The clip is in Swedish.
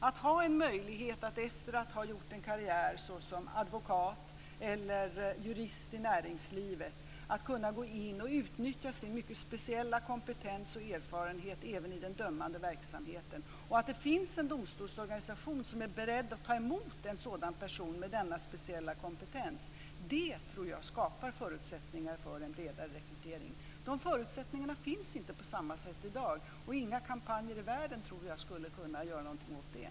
Det handlar om att man efter en karriär som advokat eller jurist i näringslivet ska ha en möjlighet att utnyttja sin mycket speciella kompetens och erfarenhet även i den dömande verksamheten, och det handlar om att det finns en domstolsorganisation som är beredd att ta emot en sådan person med denna speciella kompetens. Det tror jag skapar förutsättningar för en bredare rekrytering. De förutsättningarna finns inte på samma sätt i dag, och inga kampanjer i världen, tror jag, skulle kunna göra någonting åt det.